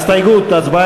ההסתייגויות של קבוצת